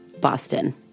Boston